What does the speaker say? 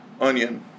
onion